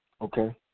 okay